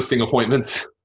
appointments